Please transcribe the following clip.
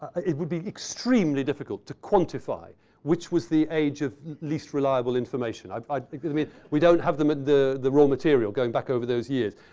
it would be extremely difficult to quantify which was the age of least reliable information. i mean we don't have the the raw material going back over those years.